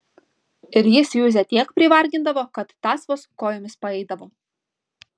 ir jis juzę tiek privargindavo kad tas vos kojomis paeidavo